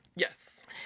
Yes